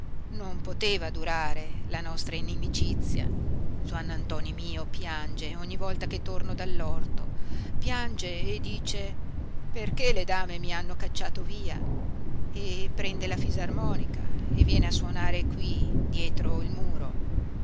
non poteva durare la nostra inimicizia zuannantoni mio piange ogni volta che torno dall'orto piange e dice perché le dame mi hanno cacciato via e prende la fisarmonica e viene a suonare qui dietro il muro